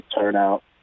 turnout